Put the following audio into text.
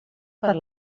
per